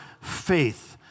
faith